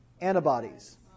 Antibodies